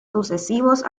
sucesivos